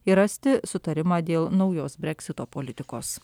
ir rasti sutarimą dėl naujos breksito politikos